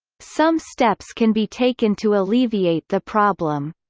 some steps can be taken to alleviate the problem.